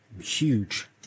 Huge